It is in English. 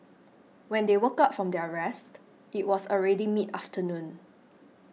when they woke up from their rest it was already mid afternoon